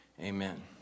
Amen